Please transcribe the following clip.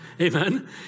Amen